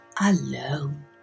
alone